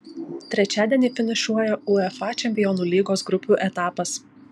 trečiadienį finišuoja uefa čempionų lygos grupių etapas